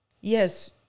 Yes